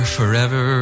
forever